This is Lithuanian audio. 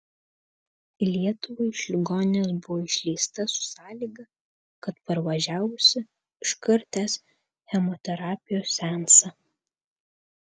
į lietuvą iš ligoninės buvo išleista su sąlyga kad parvažiavusi iškart tęs chemoterapijos seansą